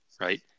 right